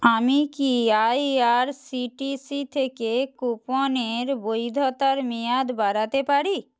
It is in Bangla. আমি কি I R C T C থেকে কুপনের বৈধতার মেয়াদ বাড়াতে পারি